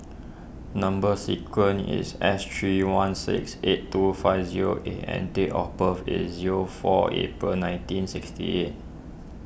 Number Sequence is S three one six eight two five zero A and date of birth is zero four April nineteen sixty eight